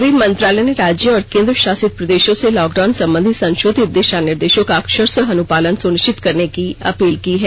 गृह मंत्रालय ने राज्यों और केंद्र शासित प्रदेशों से लॉकडाउन संबंधी संशोधित दिशा निर्देशों का अक्षरशः अनुपालन सुनिश्चित करने की अपील की है